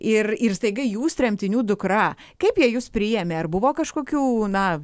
ir ir staiga jūs tremtinių dukra kaip jie jus priėmė ar buvo kažkokių na